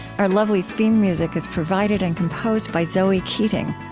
our lovely theme music is provided and composed by zoe keating.